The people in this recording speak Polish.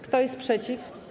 Kto jest przeciw?